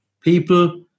people